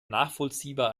nachvollziehbar